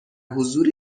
حضور